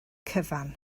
cyfan